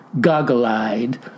goggle-eyed